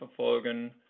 verfolgen